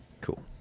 Cool